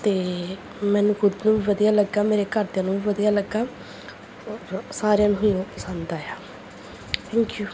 ਅਤੇ ਮੈਨੂੰ ਖੁਦ ਨੂੰ ਵੀ ਵਧੀਆ ਲੱਗਾ ਮੇਰੇ ਘਰਦਿਆਂ ਨੂੰ ਵੀ ਵਧੀਆ ਲੱਗਾ ਸਾਰਿਆਂ ਨੂੰ ਹੀ ਉਹ ਪਸੰਦ ਆਇਆ ਥੈਂਕ ਯੂ